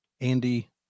Andy